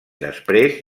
després